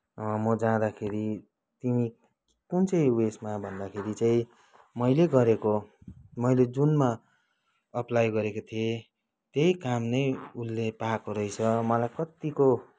म जाँदाखेरि तिमी कुन चाहिँ उयसमा भन्दाखेरि चाहिँ मैले गरेको मैले जुनमा अप्लाइ गरेको थिएँ त्यही काम नै उसले पाएको रहेछ मलाई कतिको